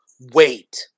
Wait